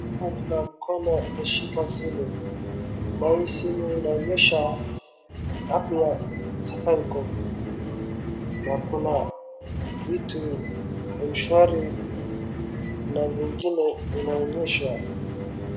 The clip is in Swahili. Huku kuna mkono imeshika simu na hii simu inaonyesha app ya Safaricom na kuna vitu M-shwari na vingine inaonyeshwa.